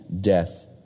death